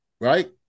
Right